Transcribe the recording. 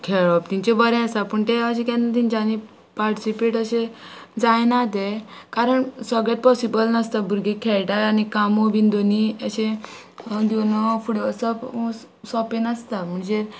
खेळप तेंचे बरें आसा पूण ते अशें केन्ना तेंच्यानी पार्टिसिपेट अशें जायना ते कारण सगळे पॉसिबल नासता भुरगे खेळटा आनी कामू बीन दोनी अशे घेवन फुडें वसप सोंपे नासता म्हणजे